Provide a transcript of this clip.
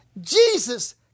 Jesus